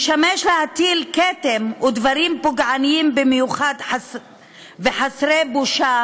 משמש להטיל כתם ודברים פוגעניים במיוחד וחסרי בושה